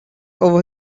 over